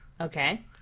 Okay